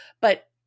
but-